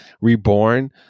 reborn